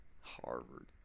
Harvard